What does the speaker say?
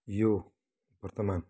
यो वर्तमान